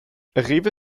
rewe